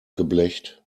geblecht